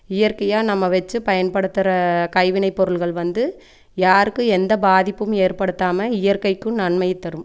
இயற்கையாக நம்ம வச்சு பயன்படுத்துகிற கைவினைப் பொருள்கள் வந்து யாருக்கும் எந்த பாதிப்பும் ஏற்படுத்தாமல் இயற்கைக்கும் நன்மையை தரும்